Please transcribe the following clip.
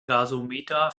gasometer